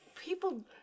people